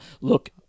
Look